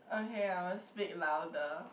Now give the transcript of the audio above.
okay I will speak louder